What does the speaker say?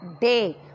day